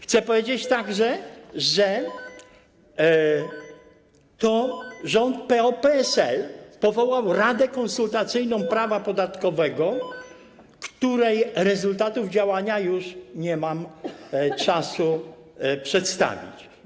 Chcę także powiedzieć, że to rząd PO-PSL powołał Radę Konsultacyjną Prawa Podatkowego, której rezultatów działania już nie mam czasu przedstawić.